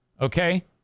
Okay